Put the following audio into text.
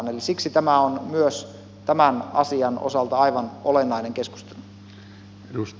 eli siksi tämä on myös tämän asian osalta aivan olennainen keskustelu